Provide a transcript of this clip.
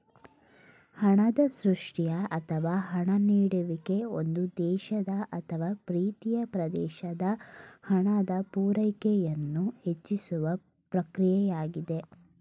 ಹಣದ ಸೃಷ್ಟಿಯ ಅಥವಾ ಹಣ ನೀಡುವಿಕೆ ಒಂದು ದೇಶದ ಅಥವಾ ಪ್ರೀತಿಯ ಪ್ರದೇಶದ ಹಣದ ಪೂರೈಕೆಯನ್ನು ಹೆಚ್ಚಿಸುವ ಪ್ರಕ್ರಿಯೆಯಾಗಿದೆ